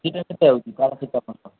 ହୋଇଛି ପାରାସିଟାମଲ୍